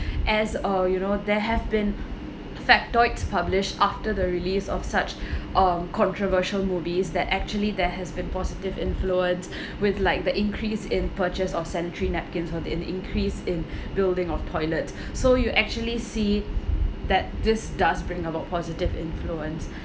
as uh you know there have been factoids published after the release of such um controversial movies that actually there has been positive influence with like the increase in purchase of sanitary napkins or the in increase in building of toilet so you actually see that this does bring about positive influence